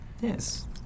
Yes